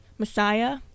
messiah